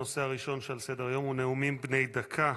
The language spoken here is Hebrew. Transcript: הנושא הראשון שעל סדר-היום הוא נאומים בני דקה.